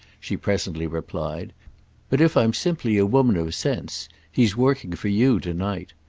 she presently replied but if i'm simply a woman of sense he's working for you to-night.